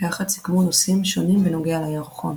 ויחד סיכמו נושאים שונים בנוגע לירחון.